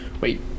wait